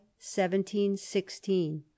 1716